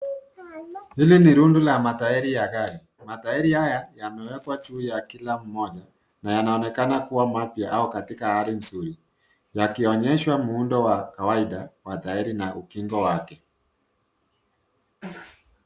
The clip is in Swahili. Hili ni rundo la matairi ya gari. Matairi haya yamewekwa juu ya kila moja na yanaonekana kuwa mapya au katika hali nzuri yakionyesha muundo wa kawaida wa tairi na ukingo wake.